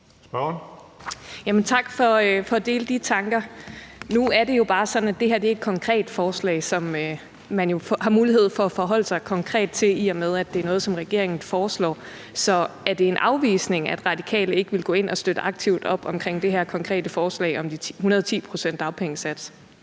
Tak for at dele de tanker. Nu er det jo bare sådan, at det her er et konkret forslag, som man har mulighed for at forholde sig konkret til, i og med at det er noget, som regeringen foreslår. Så er det en afvisning, at Radikale ikke vil gå ind og støtte aktivt op om det her konkrete forslag om 110 pct. dagpengesats?